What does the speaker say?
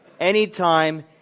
Anytime